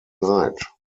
night